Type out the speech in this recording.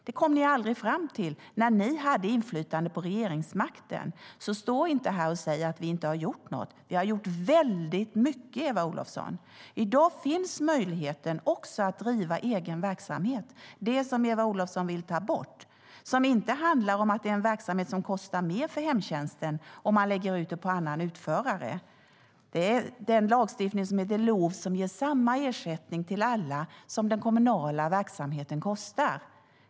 Det kom ni aldrig fram till när ni hade inflytande på regeringsmakten. Stå inte här och säg att vi inte har gjort något, Eva Olofsson! Vi har gjort väldigt mycket. I dag finns möjligheten att driva egen verksamhet. Det vill Eva Olofsson ta bort. Att lägga ut verksamheten på en annan utförare kostar inte mer för hemtjänsten. Lagstiftningen - LOV - ger samma ersättning till alla som den kommunala verksamheten kostar.